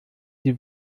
sie